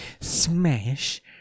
smash